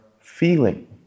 feeling